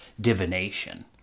divination